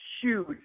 huge